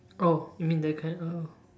oh you mean that kind oh